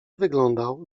wyglądał